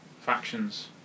factions